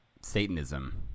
Satanism